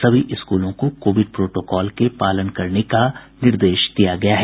सभी स्कूलों को कोविड प्रोटोकोल का पालन करने का निर्देश दिया गया है